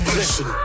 listen